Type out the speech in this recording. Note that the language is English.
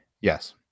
Yes